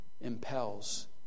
impels